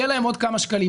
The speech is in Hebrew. יהיו להם עוד כמה שקלים,